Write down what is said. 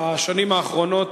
בשנים האחרונות